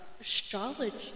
astrology